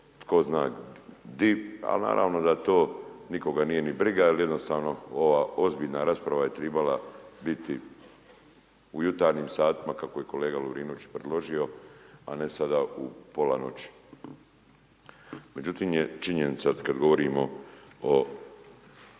tko zna di. Ali, naravno da to nikoga nije ni briga, jer jednostavna ova ozbiljna rasprava je trebala biti u jutarnjim satim, a kako je kolega Lovirnović predložio, a ne sada u pola noći. Međutim, je činjenica, kada govorimo o